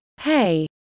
hey